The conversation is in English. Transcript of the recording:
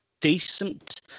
decent